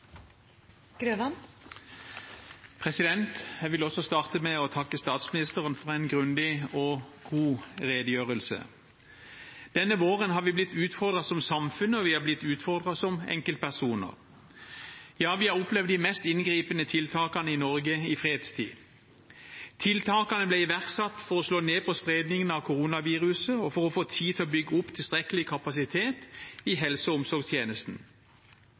og foredla. Jeg vil også starte med å takke statsministeren for en grundig og god redegjørelse. Denne våren har vi blitt utfordret som samfunn, og vi har blitt utfordret som enkeltpersoner. Ja, vi har opplevd de mest inngripende tiltakene i Norge i fredstid. Tiltakene ble iverksatt for å slå ned på spredningen av koronaviruset og for å få tid til å bygge opp tilstrekkelig kapasitet i helse- og omsorgstjenesten.